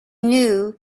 knew